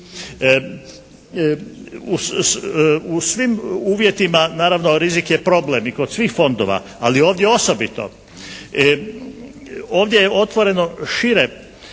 U svim uvjetima naravno rizik je problem i kod svih fondova, ali ovdje osobito. Ovdje je otvoreno šire